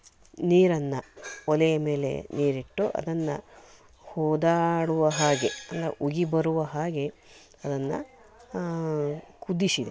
ನೀರನ್ನು ಒಲೆಯ ಮೇಲೆ ನೀರಿಟ್ಟು ಅದನ್ನು ಹೋದಾಡುವ ಹಾಗೆ ಅಂದ್ರೆ ಉಗಿ ಬರುವ ಹಾಗೆ ಅದನ್ನು ಕುದಿಸಿದೆ